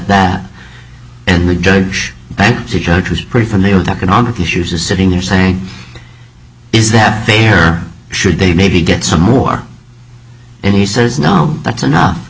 that and the judge and the judge was pretty familiar with economic issues is sitting there saying is that fair should they maybe did some more and he says no that's enough